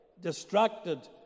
distracted